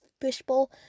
fishbowl